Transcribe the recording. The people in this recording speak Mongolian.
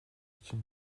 чинь